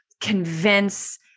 convince